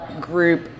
group